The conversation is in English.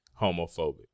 homophobic